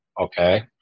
Okay